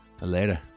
later